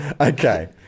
Okay